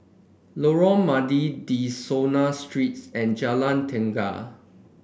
Lorong Mydin De Souza Streets and Jalan Tenaga